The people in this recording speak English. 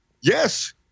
Yes